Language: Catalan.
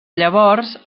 llavors